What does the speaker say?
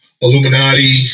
Illuminati